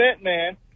man